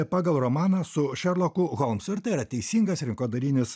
pagal romaną su šerloku holmsu ir tai yra teisingas rinkodarinis